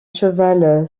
cheval